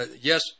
yes